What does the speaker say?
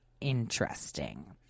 interesting